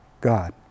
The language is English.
God